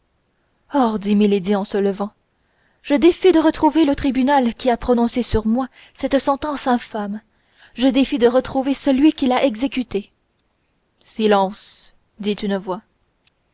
dit milady en se levant je défie de retrouver le tribunal qui a prononcé sur moi cette sentence infâme je défie de retrouver celui qui l'a exécutée silence dit une voix